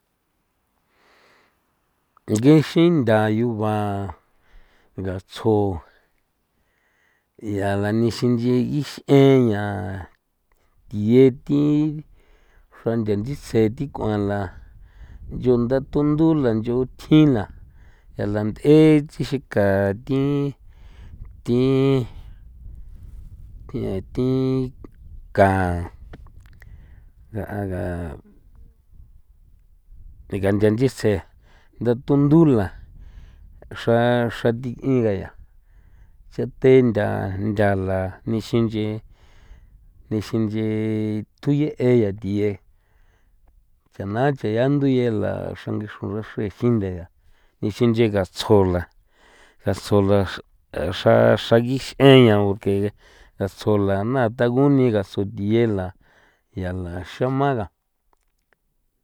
Ngexin nthayu ba ngatsjo ya la nixin nchi ix'eña thiye thi xra ntha nchitsje tik'uan la yunda tundu la nchu tjin la ya la nth'e tsixin ka ka thin thin thin a thi ka nga a ga tega ntha nchitsje ndatundu la xra xra thiꞌin ga ya cha te ntha ntha la nixin nchi nixin nchi thuye eya thiye tse na nche ya ndu ye la xrangi xro rexrin jinde ya ixin nche gatsjo la gatsjo la xra xra gix'eña porke gatsjo la na tagune gatsjo thiye la ya la xama ga.